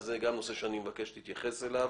זה גם נושא שאני מבקש שתתייחס אליו.